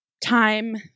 time